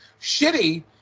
Shitty